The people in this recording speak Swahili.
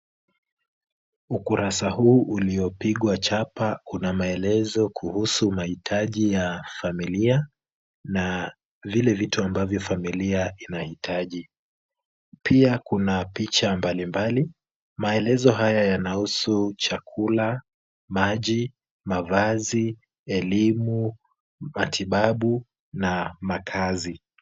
Ukurasa huu uliopigwa chapa una maelezo kuhusu mahitaji ya familia, na vile vitu ambavyo familia inahitaji. Pia kuna picha mbalimbali, maelezo haya yanahusu chakula, maji, mavazi, elimu, matibabu na makaazi.